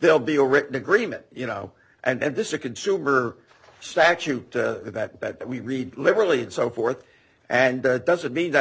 they'll be a written agreement you know and this is a consumer statute that bet that we read liberally and so forth and that doesn't mean that